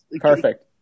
Perfect